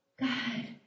God